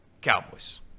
Cowboys